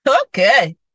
okay